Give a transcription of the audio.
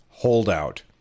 holdout